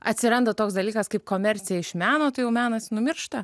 atsiranda toks dalykas kaip komercija iš meno tai jau menas numiršta